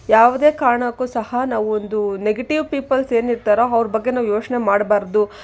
ಯಾವುದೇ ಕಾರಣಕ್ಕೂ ಸಹ ನಾವು ಒಂದು ನೆಗೆಟಿವ್ ಪೀಪಲ್ಸ್ ಏನಿರ್ತಾರೊ ಅವರ ಬಗ್ಗೆ ನಾವು ಯೋಚನೆ ಮಾಡ್ಬಾರ್ದು